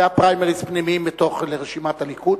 זה היה פריימריס פנימיים לרשימת הליכוד.